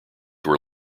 were